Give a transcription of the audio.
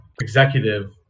executive